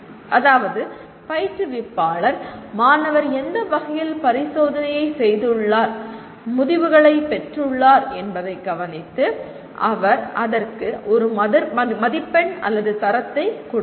அதாவது பயிற்றுவிப்பாளர் மாணவர் எந்த வகையில் பரிசோதனையைச் செய்துள்ளார் முடிவுகளைப் பெற்றுள்ளார் என்பதைக் கவனித்து அதற்கு அவர் ஒரு மதிப்பெண் அல்லது தரத்தைக் கொடுப்பார்